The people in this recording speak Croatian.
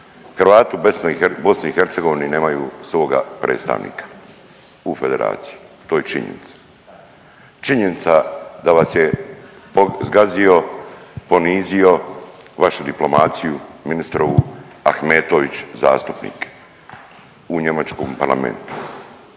Hrvati u BiH nemaju svoga predstavnika u Federaciji. To je činjenica. Činjenica da vas je zgazio, ponizio vašu diplomaciju ministrovu Ahmetović zastupnik u njemačkom parlamentu.